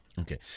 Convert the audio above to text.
Okay